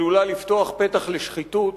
עלולה לפתוח פתח לשחיתות,